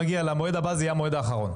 המועד הבא זה יהיה המועד האחרון.